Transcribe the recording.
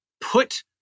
put